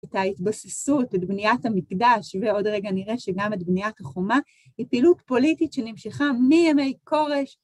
את ההתבססות, את בניית המקדש, ועוד רגע נראה שגם את בניית החומה היא פעילות פוליטית שנמשכה מימי כורש.